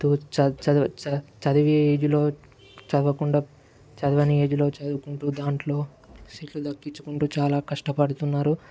తూ చ చ చదివే ఏజ్లో చదవకుండా చదవని ఏజ్లో చదువుకుంటూ దాంట్లో శిక్ష తప్పిచ్చుకుంటూ చాలా కష్టపడుతున్నారు